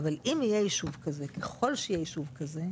ממה שהיה בבג"צ סבאח.